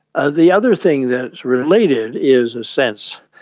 ah the other thing that is related is a sense,